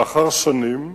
לאחר שנים,